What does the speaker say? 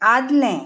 आदलें